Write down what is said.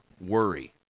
worry